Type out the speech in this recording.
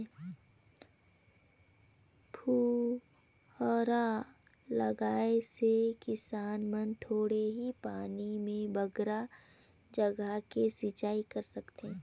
फुहारा लगाए से किसान मन थोरहें पानी में बड़खा जघा के सिंचई कर सकथें